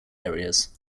areas